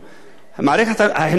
מערכת החינוך הערבית,